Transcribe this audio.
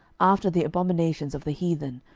after the abominations of the heathen,